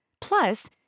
Plus